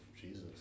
Jesus